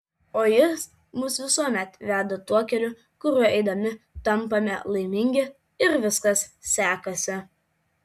o jis mus visuomet veda tuo keliu kuriuo eidami tampame laimingi ir viskas sekasi